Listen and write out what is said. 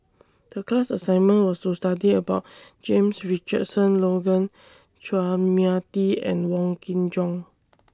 The class assignment was to study about James Richardson Logan Chua Mia Tee and Wong Kin Jong